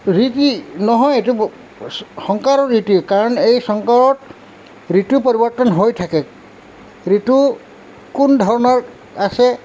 ৰীতি নহয় এইটো সংসাৰৰ ৰীতি কাৰণ এই সংসাৰত ঋতু পৰিৱৰ্তন হৈ থাকে ঋতু কোন ধৰণৰ আছে